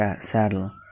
saddle